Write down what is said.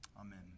Amen